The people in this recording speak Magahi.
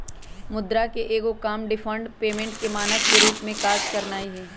मुद्रा के एगो काम डिफर्ड पेमेंट के मानक के रूप में काज करनाइ हइ